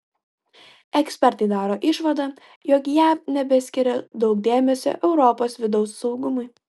ekspertai daro išvadą jog jav nebeskiria daug dėmesio europos vidaus saugumui